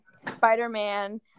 spider-man